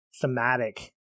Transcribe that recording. thematic